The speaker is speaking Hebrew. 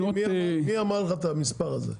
מי אמר לך את המספר הזה,